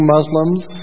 Muslims